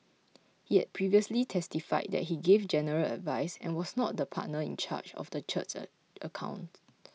he had previously testified that he gave general advice and was not the partner in charge of the church's accounts